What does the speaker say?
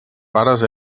pares